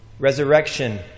Resurrection